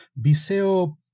Viseo